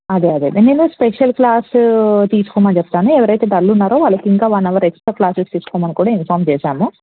అదే అదే నేను స్పెషల్ క్లాసు తీసుకోమని చెప్తాను ఎవరైతే డల్ ఉన్నారో వాళ్ళకి ఇంకా వన్ అవర్ ఎక్స్ట్రా క్లాసెస్ తీసుకోమని కూడా ఇన్ఫార్మ్ చేశాము